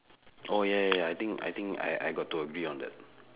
oh ya ya ya I think I think I I got to agree on that